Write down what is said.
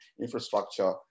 infrastructure